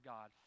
God